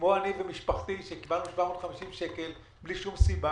כמו אני ומשפחתי שקיבלנו 750 שקל בלי שום סיבה,